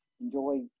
enjoy